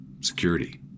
security